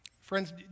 Friends